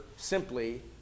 simply